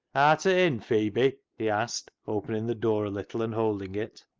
arta' in, phebe? he asked, opening the door a little, and holding it.